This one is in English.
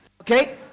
okay